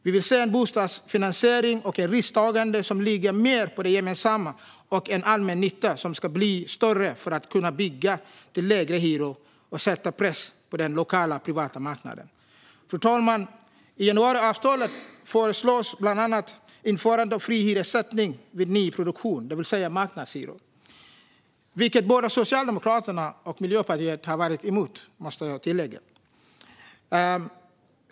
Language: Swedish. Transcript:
Vi vill se en bostadsfinansiering och ett risktagande som ligger mer på det gemensamma och en allmännytta som ska bli större för att kunna bygga till lägre hyror och sätta press på den lokala, privata marknaden. Fru talman! I januariavtalet föreslås bland annat införandet av fri hyressättning vid nyproduktion, det vill säga marknadshyror, vilket både Socialdemokraterna och Miljöpartiet varit emot, måste jag tillägga.